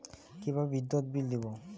কিভাবে বিদ্যুৎ বিল দেবো?